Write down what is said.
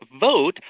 vote